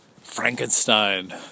Frankenstein